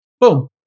Boom